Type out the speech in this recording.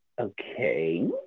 Okay